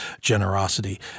generosity